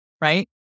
right